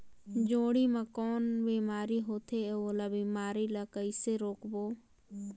जोणी मा कौन बीमारी होथे अउ ओला बीमारी ला कइसे रोकबो?